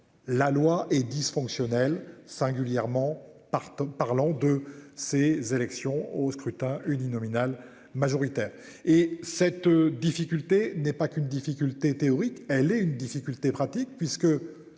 La loi et dysfonctionnel singulièrement par parlant de ces élections au scrutin uninominal majoritaire et cette difficulté n'est pas qu'une difficulté théorique, elle est une difficulté pratique